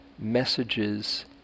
messages